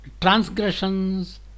transgressions